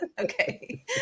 Okay